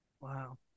Wow